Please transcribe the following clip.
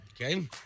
Okay